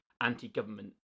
anti-government